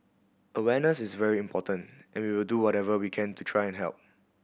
awareness is very important and we will do whatever we can to try and help